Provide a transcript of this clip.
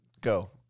go